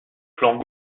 flanc